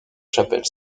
chapelle